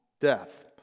death